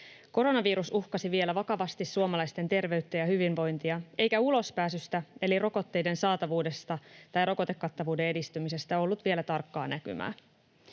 Koronavirus uhkasi vielä vakavasti suomalaisten terveyttä ja hyvinvointia, eikä ulospääsystä eli rokotteiden saatavuudesta tai rokotekattavuuden edistymisestä ollut vielä tarkkaa näkymää.